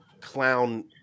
clown